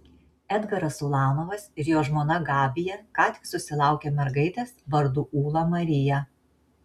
edgaras ulanovas ir jo žmona gabija ką tik susilaukė mergaitės vardu ūla marija